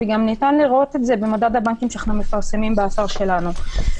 וניתן לראות את זה במדד הבנקים שאנחנו מפרסמים באתר שלנו.